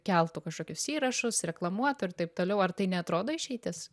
keltų kažkokius įrašus reklamuotų ir taip toliau ar tai neatrodo išeitis